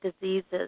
diseases